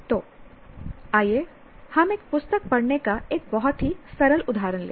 तो आइए हम एक पुस्तक पढ़ने का एक बहुत ही सरल उदाहरण लें